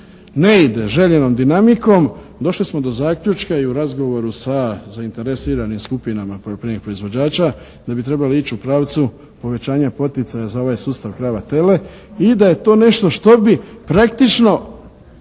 ne ide željenom dinamikom došli smo do zaključka i u razgovoru sa zainteresiranim skupinama poljoprivrednih proizvođača da bi trebali ići u pravcu povećanja poticaja za ovaj sustav krava tele i da je to nešto što bi praktično